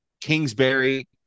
kingsbury